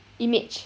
image